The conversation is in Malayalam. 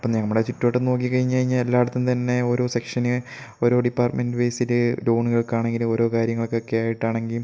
അപ്പം നമ്മുടെ ചുറ്റുവട്ടം നോക്കി കഴിഞ്ഞു കഴിഞ്ഞാൽ എല്ലായിടത്തും തന്നെ ഓരോ സെക്ഷന് ഓരോ ഡിപ്പാർട്മെൻറ്റ് ബേസിൽ ലോണുകൾക്കാണെങ്കിലും ഓരോ കാര്യങ്ങൾക്കൊക്കെ ആയിട്ടാണെങ്കിൽ